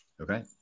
okay